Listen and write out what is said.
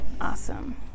Awesome